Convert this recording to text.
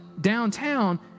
downtown